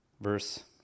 Verse